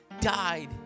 Died